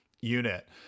Unit